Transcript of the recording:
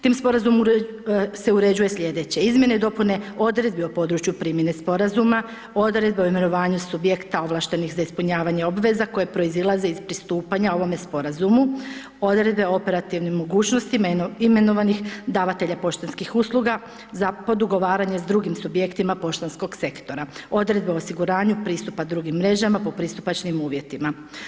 Tim sporazumom se uređuje slijedeće; izmjene i dopune odredbi o području primjene sporazuma, odredbe o imenovanju subjekta ovlaštenih za ispunjavanje obveza koje proizilaze iz pristupanja ovome sporazumu, odredbe o operativnim mogućnostima imenovanih davatelja poštanskih usluga za podugovaranje s drugim subjektima poštanskog sektora, odredbe o osiguranju pristupa drugim mrežama po pristupačnim uvjetima.